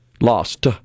lost